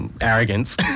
arrogance